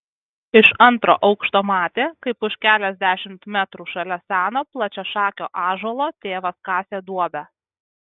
iš antro aukšto matė kaip už keliasdešimt metrų šalia seno plačiašakio ąžuolo tėvas kasė duobę